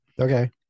okay